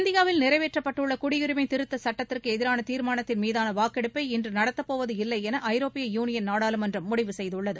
இந்தியாவில் நிறைவேற்றப்பட்டுள்ள குடியரிமை திருத்த சுட்டத்திற்கு எதிராள தீர்மானத்தின் மீதான வாக்கெடுப்பை இன்று நடத்தப்போவது இல்லை என ஐரோப்பிய யூனியன் நாடாளுமன்றம் முடிவு செய்துள்ளது